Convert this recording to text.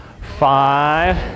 five